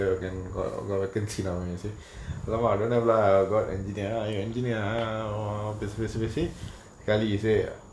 you can go go a vacancy now he say but Olam I don't know lah got an engineer engineer err oh பேசி பேசி பேசி:pesi pesi pesi Kelly he say